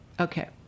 Okay